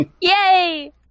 Yay